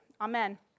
Amen